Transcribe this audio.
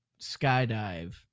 skydive